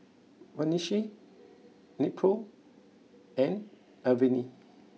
Vagisil Nepro and Avene